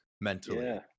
mentally